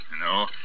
No